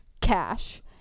cash